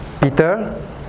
peter